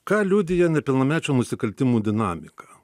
ką liudija nepilnamečių nusikaltimų dinamika